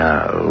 Now